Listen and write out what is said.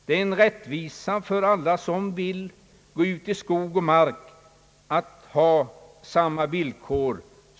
Det är ett rättvisekrav att alla jägare som vill gå ut i skog och mark skall ha samma villkor.